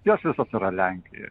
jos visos yra lenkioje